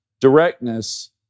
directness